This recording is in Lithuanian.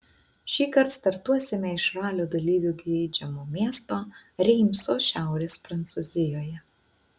šįkart startuosime iš ralio dalyvių geidžiamo miesto reimso šiaurės prancūzijoje